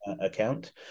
account